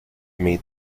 meet